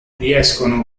riescono